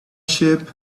sheep